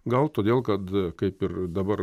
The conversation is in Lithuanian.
gal todėl kad kaip ir dabar